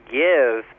give